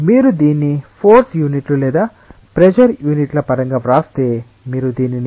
కాబట్టి మీరు దీన్ని ఫోర్స్ యూనిట్లు లేదా ప్రెజర్ యూనిట్ల పరంగా వ్రాస్తే మీరు దీనిని Pa